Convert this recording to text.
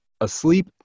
asleep